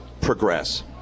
progress